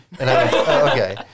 Okay